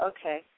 Okay